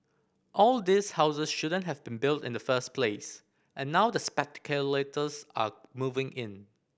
all these houses shouldn't have been built in the first place and now the are moving in